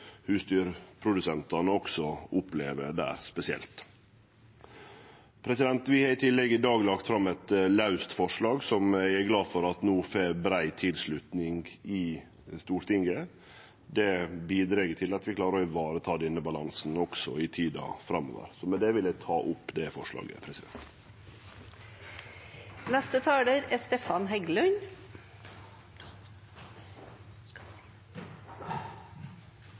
også opplever der. Vi har i tillegg lagt fram eit laust forslag som eg er glad for at no får brei tilslutning i Stortinget. Det bidreg til at vi klarer å vareta balansen også i tida framover. Med det vil eg ta opp det forslaget.